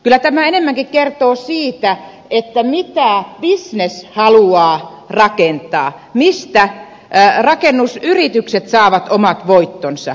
kyllä tämä enemmänkin kertoo siitä mitä bisnes haluaa rakentaa mistä rakennusyritykset saavat omat voittonsa